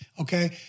Okay